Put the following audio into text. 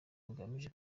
bagamije